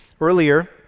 earlier